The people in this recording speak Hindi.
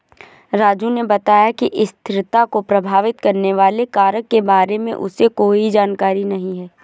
राजू ने बताया कि स्थिरता को प्रभावित करने वाले कारक के बारे में उसे कोई जानकारी नहीं है